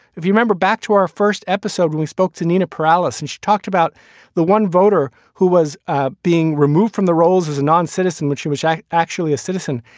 if you remember back to our first episode, we spoke to nina perales and she talked about the one voter who was ah being removed from the rolls as a non-citizen, which she was yeah actually a citizen,